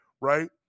right